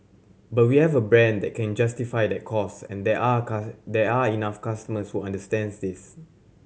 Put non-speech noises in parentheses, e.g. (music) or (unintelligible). but we have a brand that can justify that cost and there are (unintelligible) there are enough customers who understands this